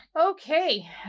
Okay